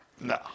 No